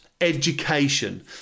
education